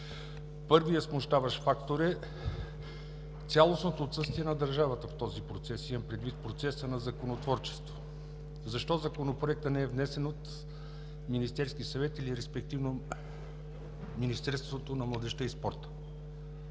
Първият смущаващ фактор е цялостното отсъствие на държавата в този процес – имам предвид процеса на законотворчество. Защо Законопроектът не е внесен от Министерския съвет или респективно от Министерството на младежта и спорта?